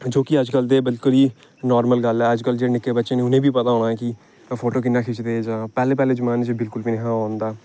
जो कि अज्जकल दे बंदे लेई नार्मल गल्ल ऐ अज्जकल जेह्ड़े निक्के बच्चे न उ'नेंगी बी पता होना कि फोटो कि'यां खिच्चदे जां पैह्लें पैह्लें जमान्ने च बिलकुल बी निं हा ओह् होंदा